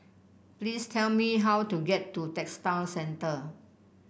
please tell me how to get to Textile Centre